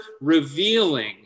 revealing